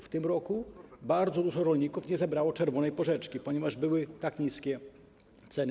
W tym roku bardzo dużo rolników nie zebrało czerwonej porzeczki, ponieważ były tak niskie ceny.